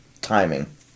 timing